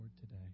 today